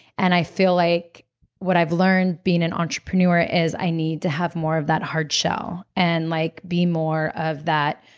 and i feel like what i've learned being an entrepreneur is i need to have more of that hard shell and like be more of that